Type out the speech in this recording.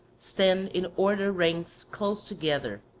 stand in ordered ranks close together,